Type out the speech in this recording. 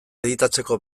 editatzeko